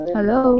Hello